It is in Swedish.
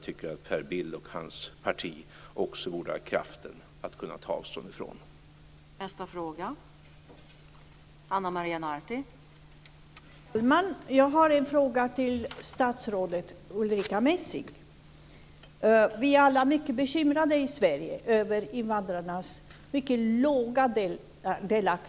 Per Bill och hans parti borde också ha kraften att ta avstånd från den.